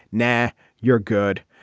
now you're good.